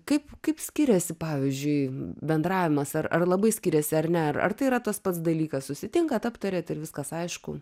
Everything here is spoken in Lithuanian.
kaip kaip skiriasi pavyzdžiui bendravimas ar ar labai skiriasi ar ne ar tai yra tas pats dalykas susitinkat aptariat ir viskas aišku